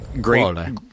great